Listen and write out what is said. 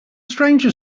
stranger